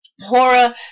horror